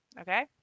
okay